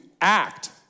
act